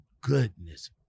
goodness